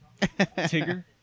Tigger